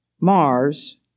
Mars